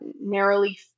narrowly